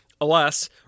Alas